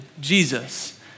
Jesus